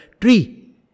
tree